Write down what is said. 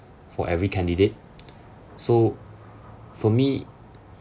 for every candidate so for me